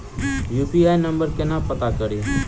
UPI number केना पत्ता कड़ी?